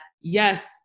yes